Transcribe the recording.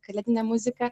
kalėdinę muzika